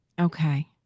Okay